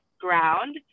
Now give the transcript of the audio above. ground